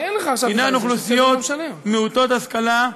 הן אוכלוסיות מעוטות השכלה,